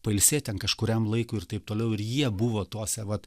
pailsėt ten kažkuriam laikui ir taip toliau ir jie buvo tose vat